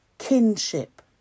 kinship